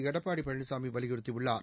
எடப்பாடி பழனிசாமி வலியுறுத்தி உள்ளார்